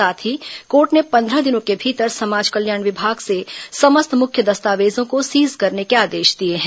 साथ ही कोर्ट ने पंद्रह दिनों के भीतर समाज कल्याण विभाग से समस्त मुख्य दस्तावेजों को सीज करने के आदेश दिए हैं